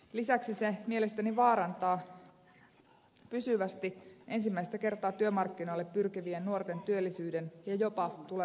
lisäksi se mielestäni vaarantaa pysyvästi ensimmäistä kertaa työmarkkinoille pyrkivien nuorten työllisyyden ja jopa tulevan työkyvyn